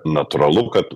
natūralu kad